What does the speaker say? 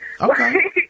okay